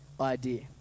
idea